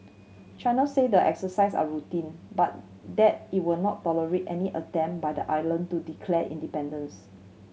China say the exercises are routine but that it will not tolerate any attempt by the island to declare independence